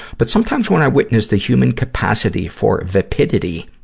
but sometimes when i witness the human capacity for vapidity